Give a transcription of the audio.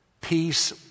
Peace